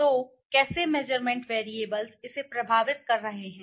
तो कैसे मेज़रमेंट वैरिएबल्सइसे प्रभावित कर रहे हैं